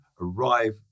arrive